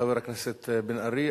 חבר הכנסת בן-ארי,